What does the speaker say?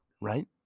right